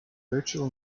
virtual